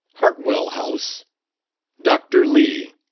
hartwell house dr. lee